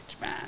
man